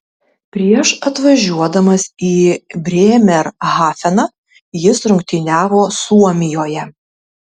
prieš atvažiuodamas į brėmerhafeną jis rungtyniavo suomijoje